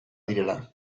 direla